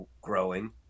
growing